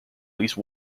least